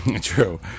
True